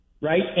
Right